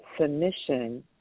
submission